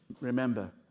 Remember